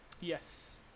Yes